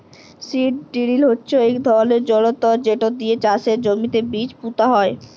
seed drill হচ্যে ইক ধরলের যনতর যেট দিয়ে চাষের জমিতে বীজ পুঁতা হয়